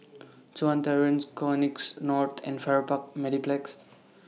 Chuan Terrace Connexis North and Farrer Park Mediplex